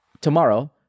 tomorrow